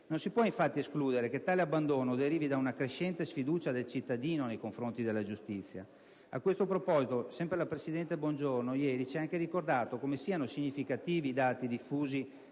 non si può infatti escludere che tale abbandono derivi da una crescente sfiducia del cittadino nei confronti della giustizia. A questo proposito, sempre la presidente Bongiorno ieri ci ha anche ricordato come siano significativi i dati diffusi